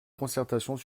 concertations